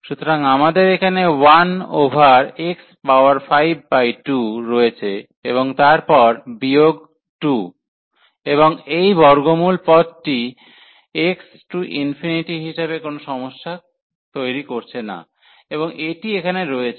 সুতরাং আমাদের এখানে 1 ওভার x পাওয়ার 5 বাই 2 রয়েছে এবং তারপর বিয়োগ 2 এবং এই বর্গমূল পদটি x→∞ হিসাবে কোনও সমস্যা তৈরি করছে না এবং এটি এখানে রয়েছে